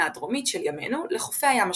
הדרומית של ימינו לחופי הים השחור.